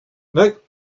nope